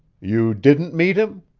you didn't meet him?